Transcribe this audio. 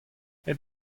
aet